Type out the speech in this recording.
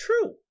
true